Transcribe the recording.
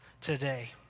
today